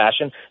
fashion